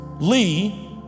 Lee